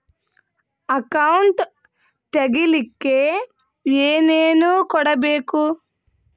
Account ತೆಗಿಲಿಕ್ಕೆ ಏನೇನು ಕೊಡಬೇಕು?